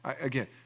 again